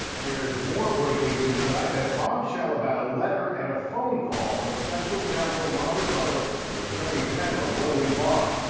there is more breaking news tonight. that bombshell about a letter and a phone call from special counsel robert mueller to attorney general william barr.